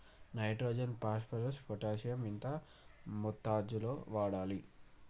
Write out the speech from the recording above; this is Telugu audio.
నైట్రోజన్ ఫాస్ఫరస్ పొటాషియం ఎంత మోతాదు లో వాడాలి?